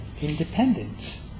independent